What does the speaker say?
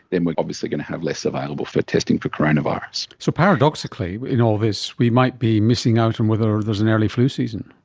then we are obviously going to have less available for testing for coronavirus. so, paradoxically in all this we might be missing out on whether there is an early flu season.